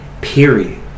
period